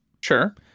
Sure